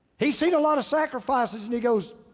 he's seen a lot of sacrifices and he goes,